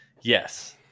yes